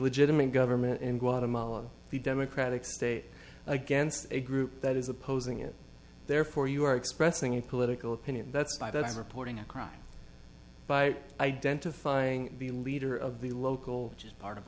legitimate government in guatemala the democratic state against a group that is opposing it therefore you are expressing a political opinion that's why that's reporting a crime by identifying the leader of the local just part of